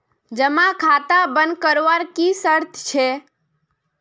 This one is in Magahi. जमा खाता बन करवार की शर्त छे?